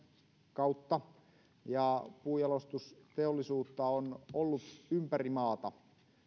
kautta ja puunjalostusteollisuutta on ollut ympäri maata